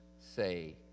say